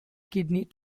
kidney